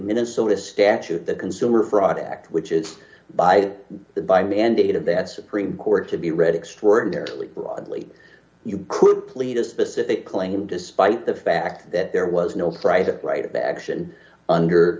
minnesota statute the consumer fraud act which is by the by mandate of that supreme court to be read extraordinarily broadly you could plead a specific claim despite the fact that there was no fry the right action under